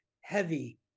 heavy